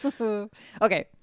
Okay